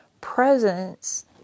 presence